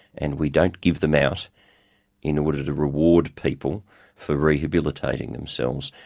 and we don't give them out in order to reward people for rehabilitating themselves.